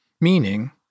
Meaning